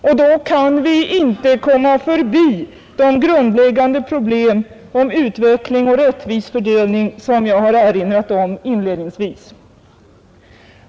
Och då kan vi inte komma förbi de grundläggande problem om utveckling och rättvis fördelning som jag erinrade om inledningsvis.